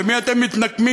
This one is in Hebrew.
במי אתם מתנקמים?